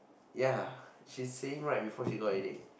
ya she's staying right before she go holiday